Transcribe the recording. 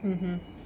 mmhmm